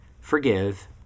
forgive